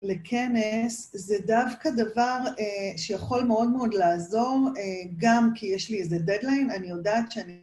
לכנס, זה דווקא דבר שיכול מאוד מאוד לעזור, גם כי יש לי איזה deadline, אני יודעת שאני...